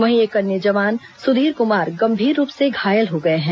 वहीं एक अन्य जवान सुधीर कुमार गंभीर रूप से घायल हो गए हैं